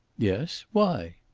yes why?